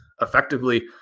effectively